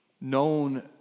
known